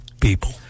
people